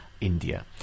India